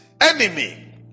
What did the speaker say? enemy